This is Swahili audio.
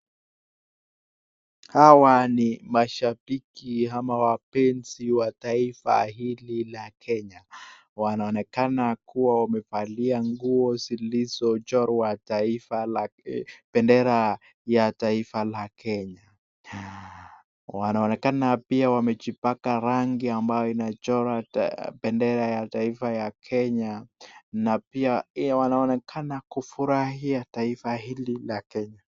Hawa ni mashabiki ama wapenzi wa taifa hili la Kenya. Wanaonekana kuwa wamevalia nguzo zilizochorwa bendera la taifa ya Kenya. Wanaonekana pia wajipaka rangi ambayo inachora bendera ya taifa ya Kenya na pia wanaonekana kufurahia taifa hili la Kenya.